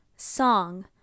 Song